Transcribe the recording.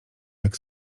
jak